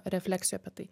refleksijų apie tai